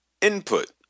input